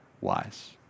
wise